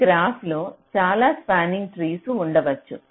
ఈ గ్రాఫ్ లో చాలా స్పానింగ్ ట్రీస్ ఉండవచ్చు